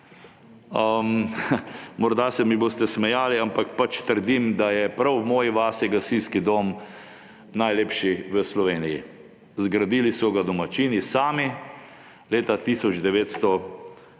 Morda se mi boste smejali, ampak trdim, da je prav v moji vasi gasilski dom najlepši v Sloveniji. Zgradili so ga domačini sami leta 1936,